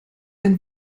ein